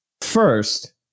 First